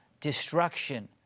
destruction